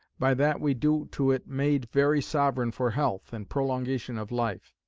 by that we do to it made very sovereign for health, and prolongation of life.